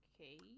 Okay